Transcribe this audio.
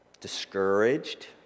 discouraged